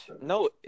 no